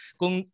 kung